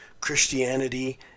Christianity